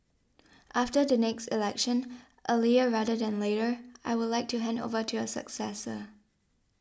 after the next election earlier rather than later I would like to hand over to a successor